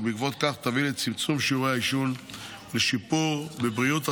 ובעקבות כך תביא לצמצום שיעורי העישון ולשיפור בבריאות הציבור.